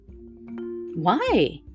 Why